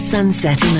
Sunset